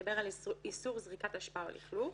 מדבר על איסור זריקת אשפה או לכלוך.